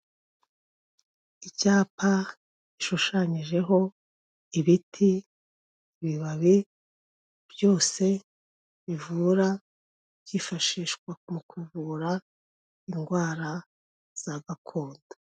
Icyapa gishushanyijeho ibiti, ibibabi byose bivura, byifashishwa mu kuvura indwara za gakondo.